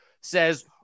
says